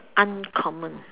uncommon